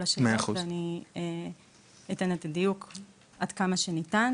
כל השאלות ואני אתן את הדיוק עד כמה שניתן.